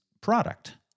product